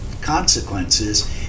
consequences